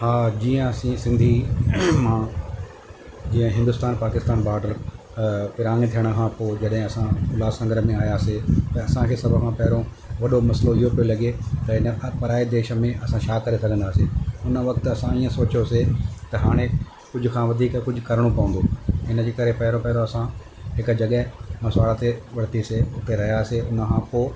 जीअं असीं सिंधी मां जीअं हिंदुस्तान पाकिस्तान बाडर विरहांङे थियण खां पोइ जॾहिं असां उल्हास नगर में आयासीं त असांखे सभु खां पहिरों वॾो मसलो इहो पियो लॻे त हिन खां पराए देश में असां छा करे सघंदासीं हुन वक़्ति असां इअं सोचियोसीं त हाणे कुझु खां वधीक कुझु करिणो पवंदो हिनजे करे पहिरों पहिरों असां हिकु जॻह मसवाड़ ते वरितीसे उते रहियासीं हुनखां पोइ